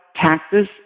taxes